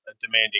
demanding